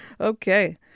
Okay